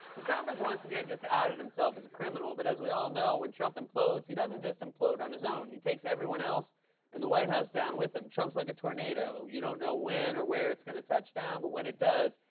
trump has once again just outed himself as a criminal, but as we all know, when trump implodes, he doesn't just implode on his own. he takes everyone else in the white house down with him. trump's like a tornado. you don't know when or where it's going to touch down, but when it does,